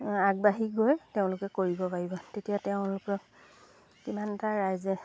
আগবাঢ়ি গৈ তেওঁলোকে কৰিব পাৰিব তেতিয়া তেওঁলোকক কিমান এটা ৰাইজে